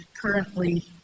currently